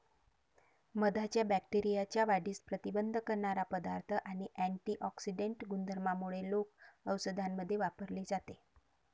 मधाच्या बॅक्टेरियाच्या वाढीस प्रतिबंध करणारा पदार्थ आणि अँटिऑक्सिडेंट गुणधर्मांमुळे लोक औषधांमध्ये वापरले जाते